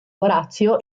orazio